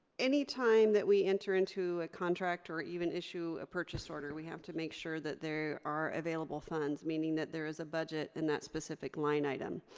anytime that we enter into a contract or even issue a purchase order we have to make sure that there are available funds meaning that there is a budget in that specific line item.